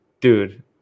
dude